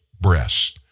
breasts